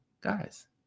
Guys